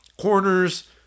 corners